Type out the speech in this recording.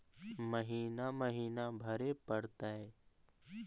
महिना महिना भरे परतैय?